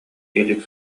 илик